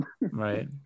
Right